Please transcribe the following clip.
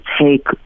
take